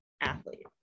athlete